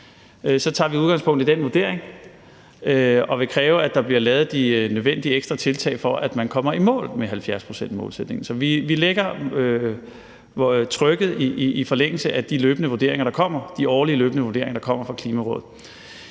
tager udgangspunkt i den vurdering og vil kræve, at der bliver lavet de nødvendige ekstra tiltag for, at man kommer i mål med 70-procentsmålsætningen. Så vi lægger trykket i forlængelse af de årlige løbende vurderinger, der kommer fra Klimarådet.